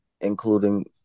including